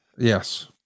yes